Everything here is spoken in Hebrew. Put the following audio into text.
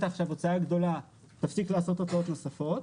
עכשיו הוצאה גדולה ותפסיק לעשות הוצאות נוספות,